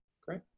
Great